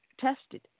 tested